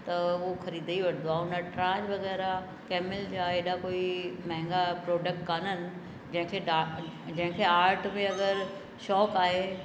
त हो ख़रीदे ई वठंदो आहे हो नटराज वग़ैरह कंहिंमहिल जा हेडा कोई महांगा प्रोडक्ट किन आहिनि जंहिंखे डा जंहिंखे आर्ट में अगरि शौक़ु आहे